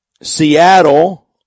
Seattle